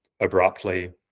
Abruptly